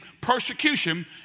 persecution